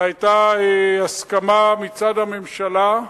והיתה הסכמה מצד הממשלה,